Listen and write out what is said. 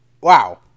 wow